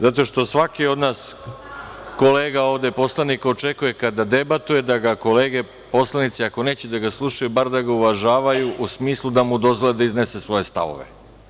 Zato što svaki od nas kolega ovde poslanik očekuje kad debatuje da ga kolege poslanici, ako neće da ga slušaju, bar da ga uvažavaju u smislu da mu dozvole da iznese svoje stavove.